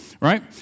right